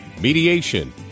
mediation